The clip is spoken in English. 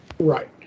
Right